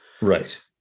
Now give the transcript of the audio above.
Right